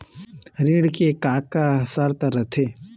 ऋण के का का शर्त रथे?